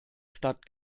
stadt